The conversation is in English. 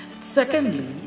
Secondly